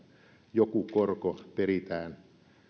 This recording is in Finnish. joku korko peritään